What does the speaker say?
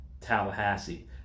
Tallahassee